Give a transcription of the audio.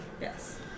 Yes